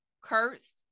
cursed